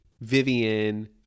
Vivian